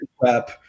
crap